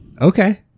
Okay